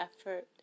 effort